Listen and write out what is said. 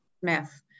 Smith